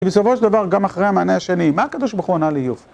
ובסופו של דבר, גם אחרי המענה השני, מה הקדוש ברוך הוא ענה לאיוב?